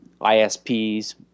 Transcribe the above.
ISPs